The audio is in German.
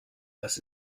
was